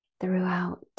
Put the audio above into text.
throughout